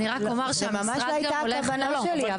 זו ממש לא הייתה הכוונה שלי.